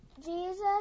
Jesus